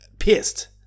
pissed